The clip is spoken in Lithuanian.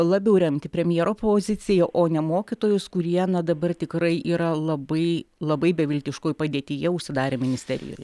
labiau remti premjero poziciją o ne mokytojus kurie na dabar tikrai yra labai labai beviltiškoj padėtyje užsidarę ministerijoje